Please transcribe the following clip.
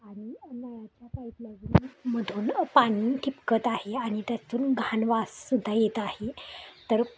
आणि नळाच्या पाईपलायनमधून पाणी टपकत आहे आणि त्यातून घाण वास सुद्धा येत आहे तर